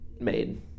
made